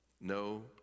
no